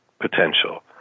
potential